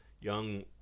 young